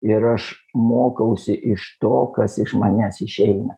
ir aš mokausi iš to kas iš manęs išeina